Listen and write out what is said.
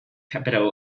capital